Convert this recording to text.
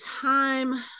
time